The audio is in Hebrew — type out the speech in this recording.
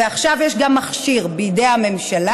ועכשיו יש גם מכשיר בידי הממשלה,